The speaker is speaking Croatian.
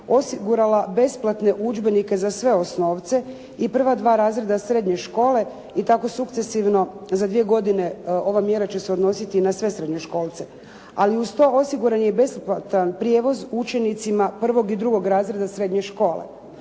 osigurala besplatne udžbenike za sve osnovce i prva dva razreda srednje škole i tako sukcesivno za dvije godine ova mjera će se odnositi na sve srednjoškolce. Ali uz to, osiguran je i besplatan prijevoz učenicima prvog i drugog razreda srednje škole.